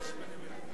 תודה לך,